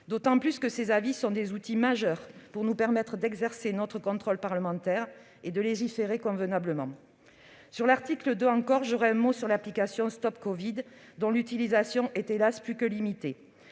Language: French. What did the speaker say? D'autant que ces avis sont des outils majeurs pour nous permettre d'exercer notre contrôle parlementaire et de légiférer convenablement. Sur l'article 2 encore, je dirai un mot de l'application StopCovid, dont l'utilisation est, hélas, plus que limitée.